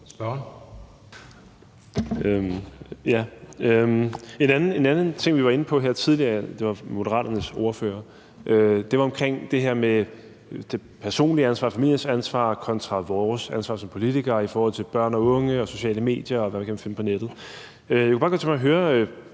En anden ting, vi var inde på tidligere – det var Moderaternes ordfører – var det her med det personlige ansvar, familiens ansvar kontra vores ansvar som politikere i forhold til børn og unge og sociale medier, og hvad man kan finde på nettet.